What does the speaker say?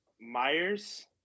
Myers